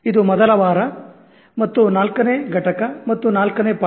ಇದು ಮೊದಲ ವಾರ ಮತ್ತು ನಾಲ್ಕನೇ ಕಟಕ ಮತ್ತು ನಾಲ್ಕನೇ ಪಾಠ